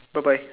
bye bye